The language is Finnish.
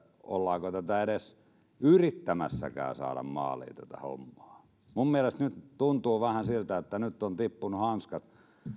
ollaanko tätä hommaa edes yrittämässäkään saada maaliin minun mielestäni nyt tuntuu vähän siltä että on tippunut hanskat